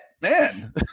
man